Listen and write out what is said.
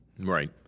Right